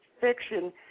fiction